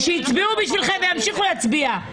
היועץ המשפטי לממשלה הביע את עמדתו ואישר לממשלה לפרש את פסקה (3),